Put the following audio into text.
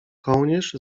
kołnierz